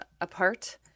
apart